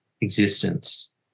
existence